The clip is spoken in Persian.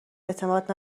اعتماد